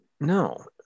No